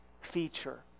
feature